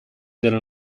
della